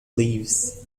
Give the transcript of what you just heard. leaves